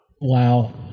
Wow